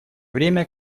время